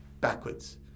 backwards